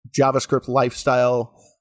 javascriptlifestyle